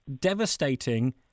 devastating